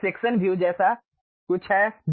इसमें section view जैसा कुछ है